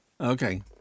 Okay